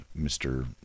Mr